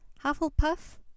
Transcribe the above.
Hufflepuff